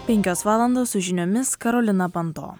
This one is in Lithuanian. penkios valandos su žiniomis karolina panto